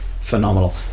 phenomenal